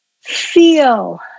feel